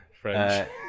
French